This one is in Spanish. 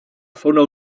zona